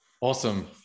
Awesome